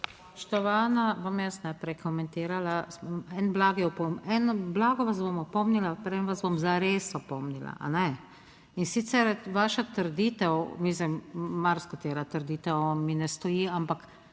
klopi/ Bom jaz najprej komentirala. Blago vas bom opomnila preden vas bom zares opomnila, in sicer vaša trditev, mislim marsikatera trditev mi ne stoji, ampak